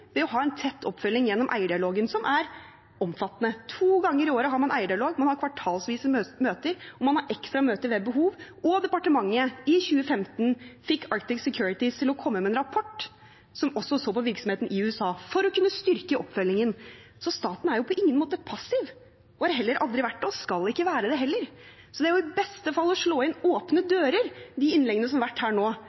å ha en tett oppfølging gjennom eierdialogen, som er omfattende. To ganger i året har man eierdialog. Man har kvartalsvise møter, og man har ekstra møter ved behov. Og departementet fikk i 2015 Arctic Securities til å komme med en rapport som også så på virksomheten i USA for å styrke oppfølgingen. Så staten er på ingen måte passiv og har heller aldri vært det og skal ikke være det, heller. Det er i beste fall å slå inn åpne dører de innleggene som har vært holdt nå,